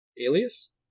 Alias